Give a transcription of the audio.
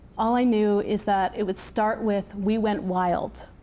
all i knew is that it would start with we went wild.